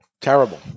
Terrible